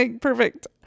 perfect